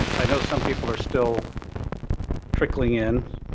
i know some people are still trickling in,